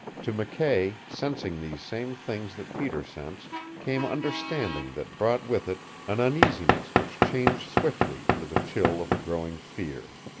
to mckay, sensing these same things that peter sensed, came understanding that brought with it an uneasiness which changed swiftly into the chill of a growing fear.